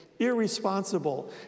irresponsible